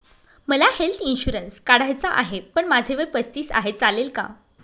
मला health insurance काढायचा आहे पण माझे वय पस्तीस आहे, चालेल का?